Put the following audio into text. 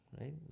right